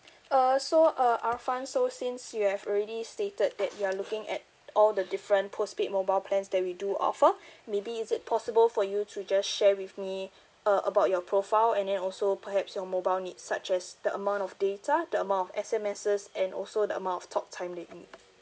uh so uh arfan so since you have already stated that you're looking at all the different postpaid mobile plans that we do offer maybe is it possible for you to just share with me uh about your profile and then also perhaps your mobile needs such as the amount of data the amount of S_M_Ss and also the amount of talk time limit